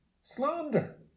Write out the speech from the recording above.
Slander